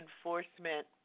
enforcement